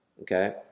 Okay